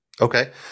okay